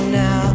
now